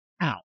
out